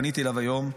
פניתי אליו היום,